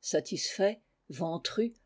satisfaits ventrus